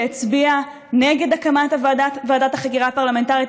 הצביעה נגד הקמת ועדת החקירה הפרלמנטרית.